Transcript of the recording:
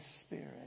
Spirit